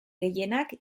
gehienak